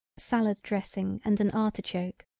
salad dressing and an artichoke.